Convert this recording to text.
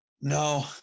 No